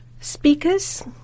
Speakers